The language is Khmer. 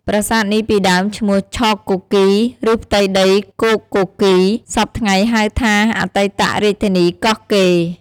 ប្រាសាទនេះពីដើមឈ្មោះឆកគគីរ ឬផៃ្ទដីគោកគគីរ សព្វថៃ្ងហៅថា អតីត រាជធានីកោះកេរិ៍្ដ ។